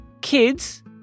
Kids